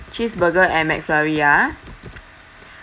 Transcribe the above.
cheeseburger and mcflurry ah